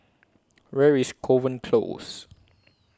Where IS Kovan Close